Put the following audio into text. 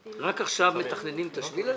רק עכשיו מתכננים את השביל הזה?